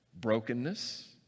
brokenness